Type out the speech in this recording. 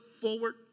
forward